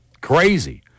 Crazy